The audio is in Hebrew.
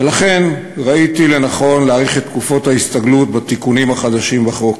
ולכן ראיתי לנכון להאריך את תקופות ההסתגלות בתיקונים החדשים בחוק.